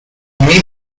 may